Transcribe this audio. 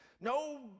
No